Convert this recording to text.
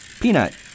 Peanut